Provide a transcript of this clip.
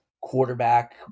quarterback